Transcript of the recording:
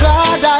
God